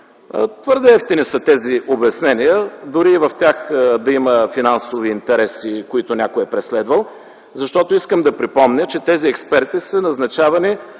Твърде евтини са тези обяснения дори и в тях да има финансови интереси, които някой е преследвал. Защото искам да припомня, че тези експерти са назначавани